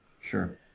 sure